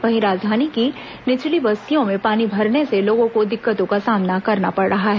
वहीं राजधानी की निचली बस्तियों में पानी भरने से लोगों को दिक्कतों का सामना करना पड़ रहा है